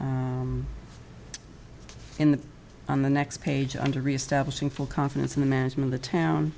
the on the next page under reestablishing full confidence in the management the town